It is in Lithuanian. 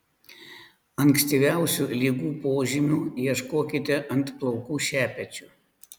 ankstyviausių ligų požymių ieškokite ant plaukų šepečio